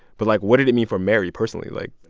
but like, what did it mean for mary personally? like.